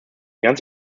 ganz